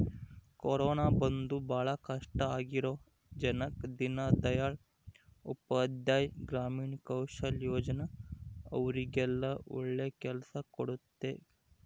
corona ಬಂದು ಭಾಳ ಕಷ್ಟ ಆಗಿರೋ ಜನಕ್ಕ ದೀನ್ ದಯಾಳ್ ಉಪಾಧ್ಯಾಯ ಗ್ರಾಮೀಣ ಕೌಶಲ್ಯ ಯೋಜನಾ ಅವ್ರಿಗೆಲ್ಲ ಒಳ್ಳೆ ಕೆಲ್ಸ ಕೊಡ್ಸುತ್ತೆ